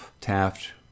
Taft